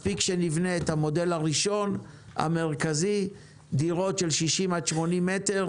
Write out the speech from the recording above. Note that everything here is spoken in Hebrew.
מספיק שנבנה את המודל הראשון המרכזי דירות של 60 עד 80 מ"ר